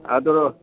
ଆଦର